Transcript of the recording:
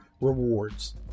rewards